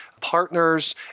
partners